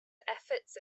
efforts